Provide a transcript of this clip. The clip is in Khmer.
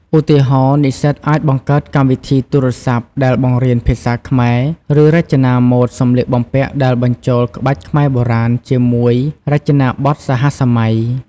ឧទាហរណ៍ និស្សិតអាចបង្កើតកម្មវិធីទូរស័ព្ទដែលបង្រៀនភាសាខ្មែរ ឬរចនាម៉ូដសម្លៀកបំពាក់ដែលបញ្ចូលក្បាច់ខ្មែរបុរាណជាមួយរចនាបថសហសម័យ។